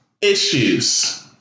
Issues